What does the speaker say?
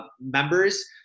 members